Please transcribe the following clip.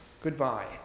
goodbye